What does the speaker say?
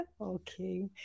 Okay